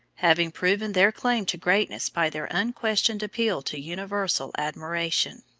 having proven their claim to greatness by their unquestioned appeal to universal admiration.